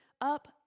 up